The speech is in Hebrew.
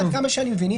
עד כמה שאני מבין,